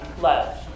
love